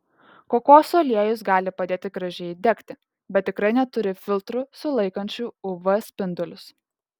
kokosų aliejus gali padėti gražiai įdegti bet tikrai neturi filtrų sulaikančių uv spindulius